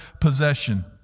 possession